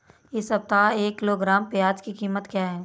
इस सप्ताह एक किलोग्राम प्याज की कीमत क्या है?